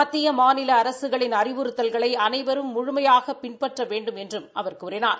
மத்திய மாநில அரசுகளின் அறிவுறுத்தல்களை அனைவரும் முழுமையாக பின்பற்ற வேண்டுமென்றும் அவர் அறிவுறுத்தினார்